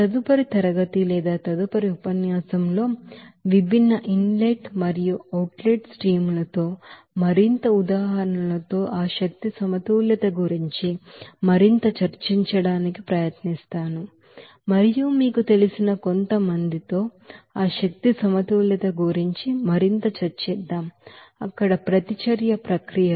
తదుపరి తరగతిలో విభిన్న ఇన్ లెట్ మరియు అవుట్ లెట్ స్ట్రీమ్ లతో మరింత ఉదాహరణతో ఆ ఎనర్జీ బాలన్స్ గురించి మరింత చర్చించడానికి ప్రయత్నిస్తాం మరియు మీకు తెలిసిన కొంతమందితో ఆ ఎనర్జీ బాలన్స్ గురించి మరింత చర్చిద్దాం అక్కడ ప్రతిచర్య ప్రక్రియలు